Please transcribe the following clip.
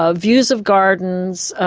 ah views of gardens,